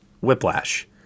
Whiplash